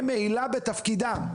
במעילה בתפקידם.